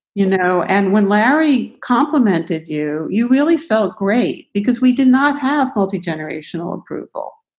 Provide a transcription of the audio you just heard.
you know, and when larry complimented you, you really felt great because we did not have multigenerational approval